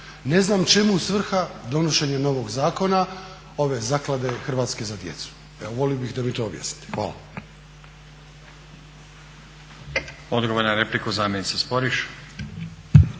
Ne znam čemu svrha donošenja novog zakona ove Zaklade "Hrvatska za djecu". Evo volio bih da mi to objasnite. Hvala. **Stazić, Nenad (SDP)** Odgovor na repliku zamjenice Sporiš.